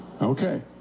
Okay